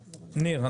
ניר,